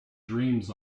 dreams